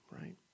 right